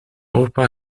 opa